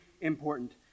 important